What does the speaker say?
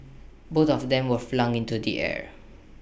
both of them were flung into the air